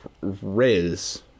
riz